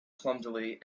clumsily